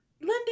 Lindy